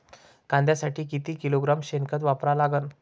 कांद्यासाठी किती किलोग्रॅम शेनखत वापरा लागन?